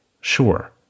Sure